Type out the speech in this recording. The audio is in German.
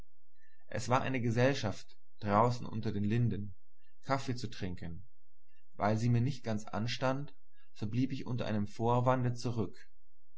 es war eine gesellschaft draußen unter den linden kaffee zu trinken weil sie mir nicht ganz anstand so blieb ich unter einem vorwande zurück